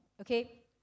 Okay